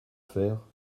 faire